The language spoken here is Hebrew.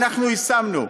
אנחנו יישמנו.